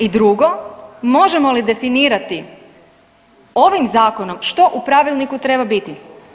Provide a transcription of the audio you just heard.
I drugo, možemo li definirati ovim zakonom što u pravilniku treba biti.